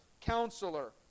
Counselor